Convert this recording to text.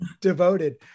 devoted